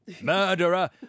murderer